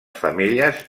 femelles